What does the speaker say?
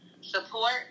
support